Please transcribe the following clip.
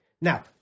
Now